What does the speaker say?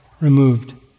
removed